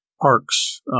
parks